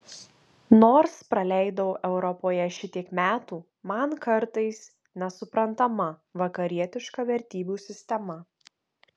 nors praleidau europoje šitiek metų man kartais nesuprantama vakarietiška vertybių sistema